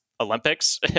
Olympics